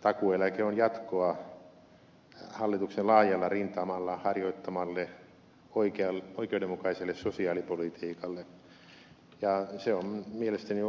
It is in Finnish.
takuueläke on jatkoa hallituksen laajalla rintamalla harjoittamalle oikeudenmukaiselle sosiaalipolitiikalle ja se on mielestäni